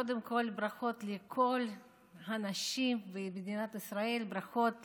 קודם כול ברכות לכל הנשים במדינת ישראל לרגל